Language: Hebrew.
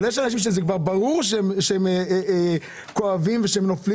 אבל יש אנשים שברור שכואבים ונופלים